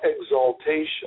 exaltation